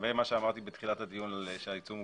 לגבי מה שאמרתי בתחילת הדיון שהעיצום הוא